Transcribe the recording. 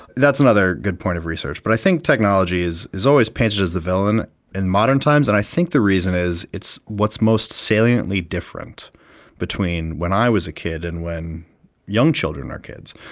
that's another good point of research. but i think technology is is always painted as the villain in modern times, and i think the reason is it's what's most saliently different between when i was a kid and when young children are kids.